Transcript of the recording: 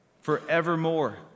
forevermore